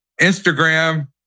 Instagram